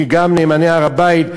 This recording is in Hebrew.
גם "נאמני הר-הבית",